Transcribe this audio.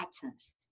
patterns